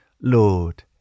Lord